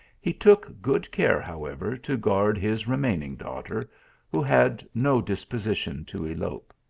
he took good care, however, to guard his remaining daughter who had no dis position to elope.